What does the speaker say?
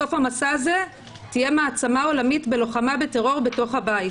בסוף המסע הזה תהיה מעצמה עולמית בלוחמה בטרור בתוך הבית.